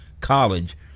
College